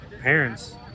parents